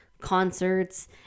concerts